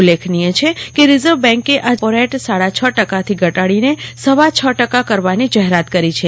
ઉલ્લેખનીય છે કે રિઝર્વ બેંકે આજે રેપોરેટ સાડા છ ટકાથી ઘટાડીને સવા છ ટકા કરવાની જાહેરાત કરી છે